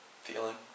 feeling